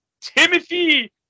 Timothy